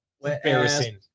embarrassing